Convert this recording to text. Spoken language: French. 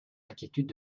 inquiétudes